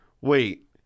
Wait